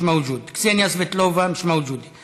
היו"ר אחמד טיבי: אנחנו רוצים לעגן את זה בחוק.